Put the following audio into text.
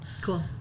Cool